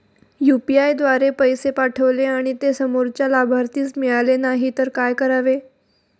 UPI द्वारे पैसे पाठवले आणि ते समोरच्या लाभार्थीस मिळाले नाही तर काय करावे?